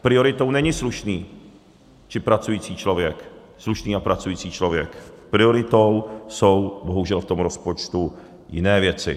Prioritou není slušný či pracující člověk, slušný a pracující člověk, prioritou jsou bohužel v tom rozpočtu jiné věci.